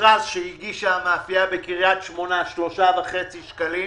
המכרז שהגישה המאפייה בקריית שקלים הוא 3.5 שקלים,